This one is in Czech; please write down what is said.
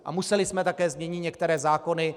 A museli jsme také změnit některé zákony.